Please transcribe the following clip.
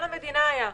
גם למדינה היה זמן,